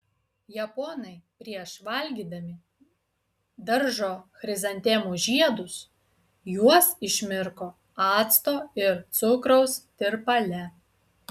japonai prieš valgydami daržo chrizantemų žiedus juos išmirko acto ir cukraus tirpale